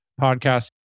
podcast